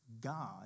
God